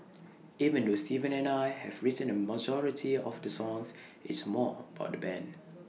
even though Steven and I have written A majority of the songs it's more about the Band